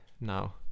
now